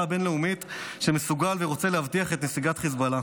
הבין-לאומית שמסוגל ורוצה להבטיח את נסיגת חיזבאללה.